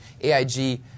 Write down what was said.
AIG